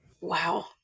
Wow